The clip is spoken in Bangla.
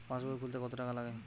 পাশবই খুলতে কতো টাকা লাগে?